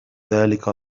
ذلك